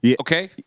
okay